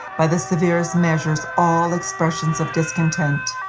by the severest measures, all expressions of discontent,